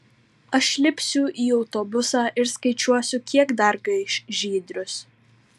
aš lipsiu į autobusą ir skaičiuosiu kiek dar gaiš žydrius